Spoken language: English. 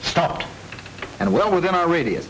stopped and well within our radi